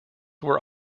were